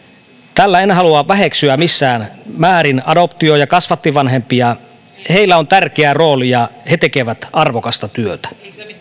tällä en halua väheksyä missään määrin adoptio ja kasvattivanhempia heillä on tärkeä rooli ja he tekevät arvokasta työtä